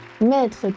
Maître